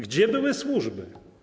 Gdzie były służby?